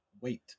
wait